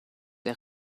der